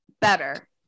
better